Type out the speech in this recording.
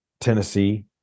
Tennessee